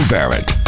Barrett